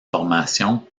formations